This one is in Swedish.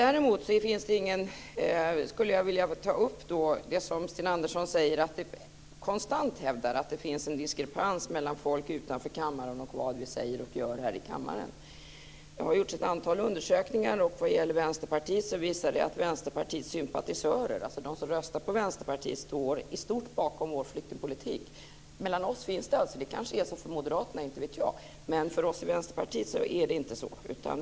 Däremot skulle jag vilja ta upp det som Sten Andersson konstant hävdar; att det finns en diskrepans mellan folk utanför kammaren och vad vi säger och gör här i kammaren. Det har gjorts ett antal undersökningar, och vad gäller Vänsterpartiet visar dessa att Vänsterpartiets sympatisörer, alltså de som röstar på Vänsterpartiet, i stort står bakom vår flyktingpolitik. Det kanske är så för Moderaterna, inte vet jag, men hos oss i Vänsterpartiet är det inte så.